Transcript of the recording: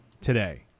today